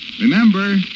Remember